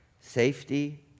safety